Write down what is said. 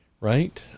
right